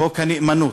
חוק הנאמנות,